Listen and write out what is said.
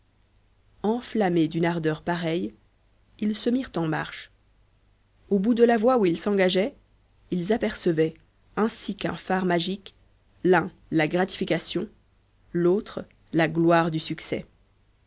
enflammés d'une ardeur pareille ils se mirent en marche au bout de la voie où ils s'engageaient ils apercevaient ainsi qu'un phare magique l'un la gratification l'autre la gloire du succès